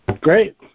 Great